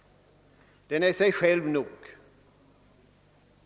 Den är sig själv nog.